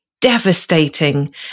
devastating